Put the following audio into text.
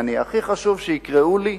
יעני, הכי חשוב שיקראו לי,